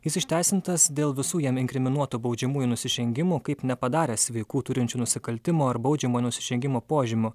jis išteisintas dėl visų jam inkriminuotų baudžiamųjų nusižengimų kaip nepadaręs veikų turinčių nusikaltimo ar baudžiamojo nusižengimo požymių